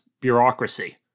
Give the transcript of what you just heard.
bureaucracy